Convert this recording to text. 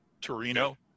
Torino